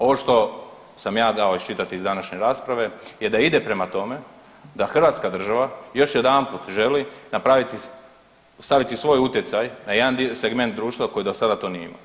Ovo što sam ja dao iščitati iz današnje rasprave je da ide prema tome, da hrvatska država još jedanput želi napraviti, staviti svoj utjecaj na jedan dio i segment društva koji do sada to nije imao.